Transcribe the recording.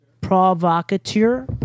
provocateur